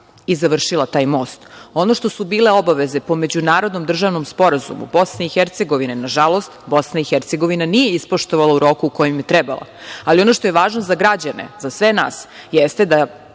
i završila taj most. Ono što su bile obaveze po međunarodnom državnom sporazumu BiH, nažalost BiH nije ispoštovala u roku u kojem je trebala, ali ono što je važno za građane, za sve nas, jeste da